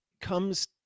comes